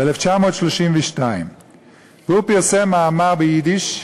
ב-1932 הוא פרסם מאמר ביידיש,